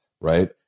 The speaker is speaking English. Right